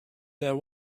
there